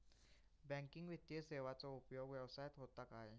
Banking वित्तीय सेवाचो उपयोग व्यवसायात होता काय?